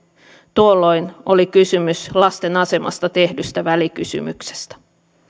tuolloin oli kysymys lasten asemasta tehdystä välikysymyksestä